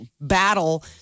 battle